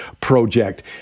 project